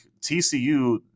TCU